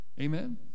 Amen